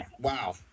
wow